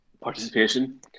participation